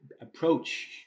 approach